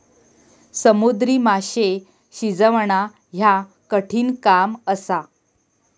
समुद्री माशे शिजवणा ह्या कठिण काम असा